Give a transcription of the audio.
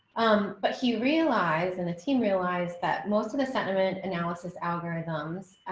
um, but he realized and the team realized that most of the sentiment analysis algorithms.